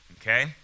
okay